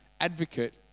advocate